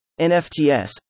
NFTs